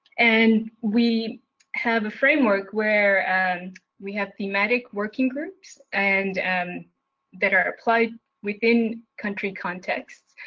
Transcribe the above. and we have a framework where and we have thematic working groups and um that are applied within country context.